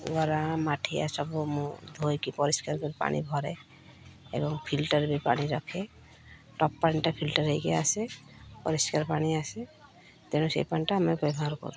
ଗରା ମାଠିଆ ସବୁ ମୁଁ ଧୋଇକି ପରିଷ୍କାର କରି ପାଣି ଭରେ ଏବଂ ଫିଲ୍ଟର୍ ବି ପାଣି ରଖେ ଟପ୍ ପାଣିଟା ଫିଲ୍ଟର୍ ହେଇକି ଆସେ ପରିଷ୍କାର ପାଣି ଆସେ ତେଣୁ ସେଇ ପାଣିଟା ଆମେ ବ୍ୟବହାର କରୁ